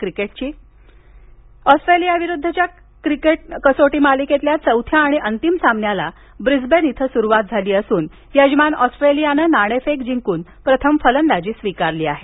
cricket ऑस्ट्रेलियाविरुद्धच्या कसोटी cricket मालिकेतल्या चौथ्या आणि अंतिम सामन्याला ब्रिस्बेन इथं सुरुवात झाली असून यजमान ऑस्ट्रेलियानं नाणेफेक जिंकून प्रथम फलंदाजी स्वीकारली आहे